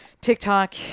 TikTok